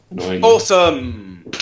awesome